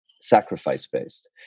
sacrifice-based